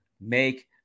make